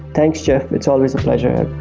thanks, jeff. it's always a pleasure